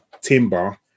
Timber